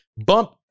bump